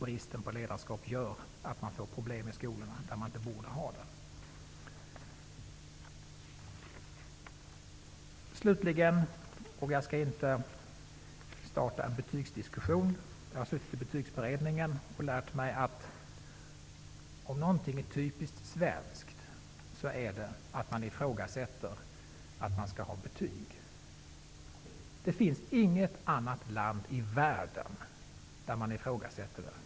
Bristen på ledarskap gör att man får problem i skolorna där man inte borde ha det. Jag skall inte starta en betygsdiskussion. Jag har suttit i Betygsberedningen och lärt mig att om någonting är typiskt svenskt, så är det att man ifrågasätter att det skall finnas betyg i skolorna. Det finns inget annat land i världen där man ifrågasätter betygen.